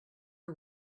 are